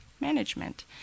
management